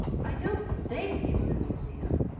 i don't think it's a museum.